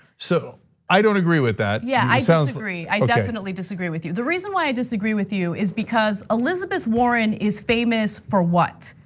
so i don't agree with that yeah, i so disagree, i definitely disagree with you. the reason why i disagree with you is because elizabeth warren is famous for what?